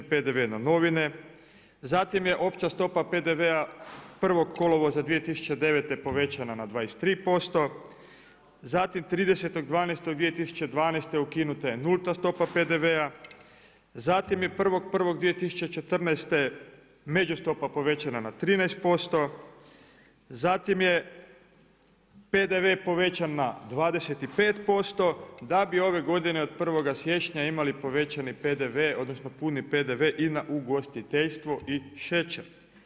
PDV na novine, zatim je opća stopa PDV-a 1. kolovoza 2009. povećana na 23%, zatim 30.12.2012. ukinuta je nulta stopa PDV-a, zatim je 1.1.2014. međustopa povećana na 13%, zatim je PDV povećan na 25% da bi ove godine od 1. siječnja imali povećani PDV odnosno puni PDV i na ugostiteljstvo i šećer.